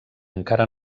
encara